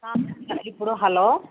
ఇప్పుడు హలో